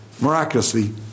miraculously